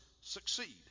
succeed